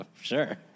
Sure